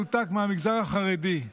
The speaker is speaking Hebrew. ובעיקר, מנותק מהמגזר החרדי.